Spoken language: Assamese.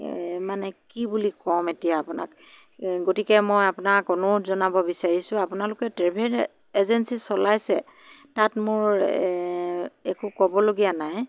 মানে কি বুলি ক'ম এতিয়া আপোনাক গতিকে মই আপোনাক অনুৰোধ জনাব বিচাৰিছোঁ আপোনালোকে ট্ৰেভেল এজেঞ্চী চলাইছে তাত মোৰ একো ক'বলগীয়া নাই